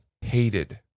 hated